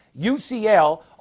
UCL